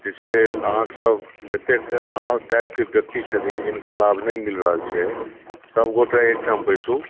जे छै अहाँ सभ जतेक अहाँ टाइपके व्यक्ति छथिन जिनका लाभ नहि मिल रहल छै सभ गोटे एकठाम बैसू